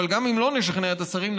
אבל גם אם לא נשכנע את השרים,